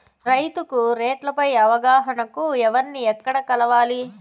రైతుకు రేట్లు పై అవగాహనకు ఎవర్ని ఎక్కడ కలవాలి?